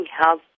help